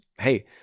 hey